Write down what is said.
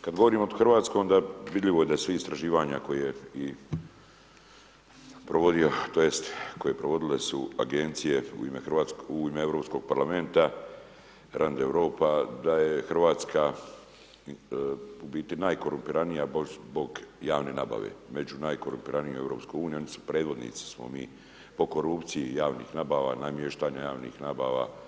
kad govorimo o Hrvatskoj, onda je vidljivo da sva istraživanja koje je provodio tj. provodile su agencije u ime Europskog parlamenta, Grand Europa, da je Hrvatska u biti najkorumpiranija zbog javne nabave, među najkorumpiranijima u EU-u, predvodnici smo mi po korupciji javnih nabava, namještanja javnih nabava.